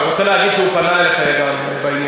הוא רוצה להגיד שהוא פנה אליך גם בעניין.